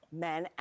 men